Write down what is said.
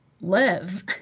live